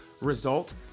result